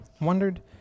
wondered